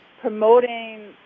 promoting